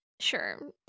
Sure